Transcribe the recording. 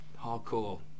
hardcore